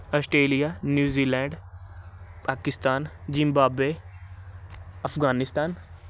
Australia New Zealand Pakistan Zimbabwe Afghanistan